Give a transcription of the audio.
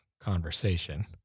conversation